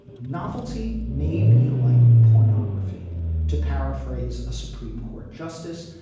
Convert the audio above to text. novelty may be like pornography to paraphrase a supreme court justice,